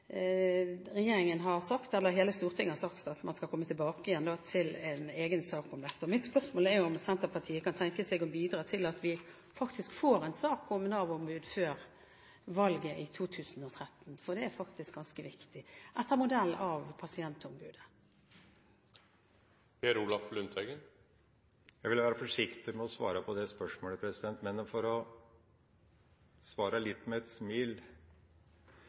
hele Stortinget har sagt at regjeringen skal komme tilbake med en egen sak om dette. Så mitt spørsmål er om Senterpartiet kan tenke seg å bidra til at vi faktisk får en sak om Nav-ombud før valget i 2013 – etter modell fra pasientombudet – for det er faktisk ganske viktig. Jeg vil være forsiktig med å svare på det spørsmålet, men for å svare med et lite smil: